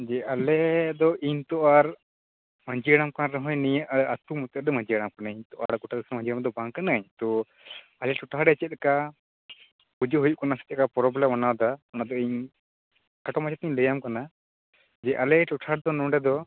ᱡᱮ ᱟᱞᱮᱫᱚ ᱤᱧᱛᱚ ᱟᱨ ᱢᱟᱺᱡᱷᱤ ᱦᱟᱲᱟᱢ ᱠᱟᱱ ᱨᱮᱦᱚᱸᱧ ᱱᱤᱭᱟᱹ ᱟᱛᱳ ᱢᱩᱪᱟ ᱫ ᱨᱮᱱ ᱢᱟᱺᱡᱷᱤ ᱦᱟᱲᱟᱢ ᱠᱟ ᱱᱟ ᱧ ᱛᱚ ᱟᱨ ᱜᱚᱴᱟ ᱥᱚᱢᱟᱡ ᱢᱚᱫᱫᱷᱮ ᱫᱚ ᱵᱟᱝ ᱠᱟ ᱱᱟ ᱧ ᱛᱚ ᱟᱞᱮ ᱴᱚᱴᱷᱟᱲᱮ ᱪᱮᱫ ᱞᱮᱠᱟ ᱯᱩᱡᱟᱹ ᱦᱩᱭᱩᱜ ᱠᱟᱱᱟ ᱥᱮ ᱪᱮᱜ ᱞᱮᱠᱟ ᱯᱚᱨᱚᱵ ᱞᱮ ᱢᱟᱱᱟᱣᱮᱫᱟ ᱚᱱᱟᱜᱮᱧ ᱠᱷᱟᱴᱚ ᱢᱟᱪᱷᱟᱛᱮᱧ ᱞᱟ ᱭᱟᱢ ᱠᱟᱱᱟ ᱡᱮ ᱟᱞᱮ ᱴᱚᱴᱷᱟᱨᱮᱫᱚ ᱱᱚᱸᱰᱮ ᱫᱚ